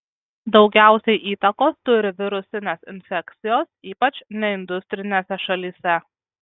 daugiausiai įtakos turi virusinės infekcijos ypač neindustrinėse šalyse